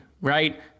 right